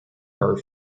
are